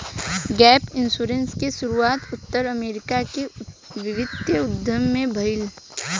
gap insurance के शुरुआत उत्तर अमेरिका के वित्तीय उद्योग में भईल